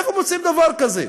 איפה מוצאים דבר כזה?